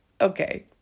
Okay